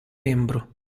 membro